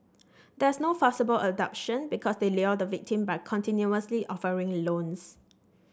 there's no forcible abduction because they lure the victim by continuously offering loans